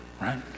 right